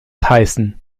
heißen